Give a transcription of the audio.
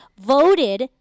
voted